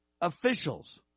officials